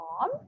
mom